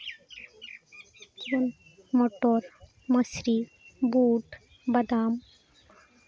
ᱡᱮᱢᱚᱱ ᱢᱚᱴᱚᱨ ᱢᱟᱹᱥᱨᱤ ᱵᱩᱴ ᱵᱟᱫᱟᱢ